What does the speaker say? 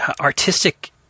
artistic